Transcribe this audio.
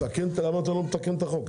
למה אתה לא מתקן את החוק?